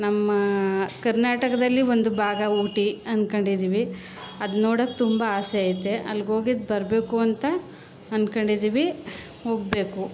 ನಮ್ಮ ಕರ್ನಾಟಕದಲ್ಲಿ ಒಂದು ಭಾಗ ಊಟಿ ಅಂದ್ಕೊಂಡಿದ್ದೀವಿ ಅದು ನೋಡೋಕೆ ತುಂಬ ಆಸೆ ಐತೆ ಅಲ್ಗೆ ಹೋಗಿದ್ದು ಬರಬೇಕು ಅಂತ ಅಂದ್ಕೊಂಡಿದ್ದೀವಿ ಹೋಗ್ಬೇಕು